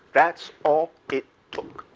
that's all it took